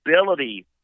ability